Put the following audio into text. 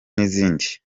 n’izindi